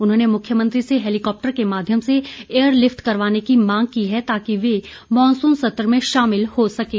उन्होंने मुख्यमंत्री से हैलीकॉप्टर के माध्यम से एयर लिफ्ट करवाने की मांग की है ताकि वे मॉनसून सत्र में शामिल हो सकें